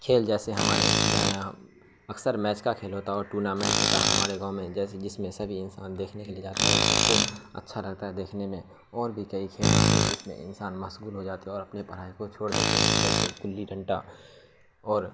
کھیل جیسے ہمارے یہاں یہاں اکثر میچ کا کھیل ہوتا ہے اور ٹورنامنٹ ہوتا ہے ہمارے گاؤں میں جیسے جس میں سبھی انسان دیکھنے کے لیے جاتے ہیں اور سب کو اچھا رہتا ہے دیکھنے میں اور بھی کئی کھیل ہوتے ہیں جس میں انسان مشغول ہو جاتے اور اپنے پڑھائی کو چھوڑ دیتے ہیں جیسے گلی ڈنڈا اور